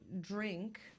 drink